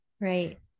right